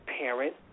parent